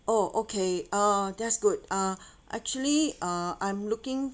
oh okay uh that's good ah actually uh I'm looking